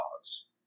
dogs